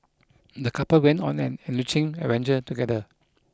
the couple went on an enriching adventure together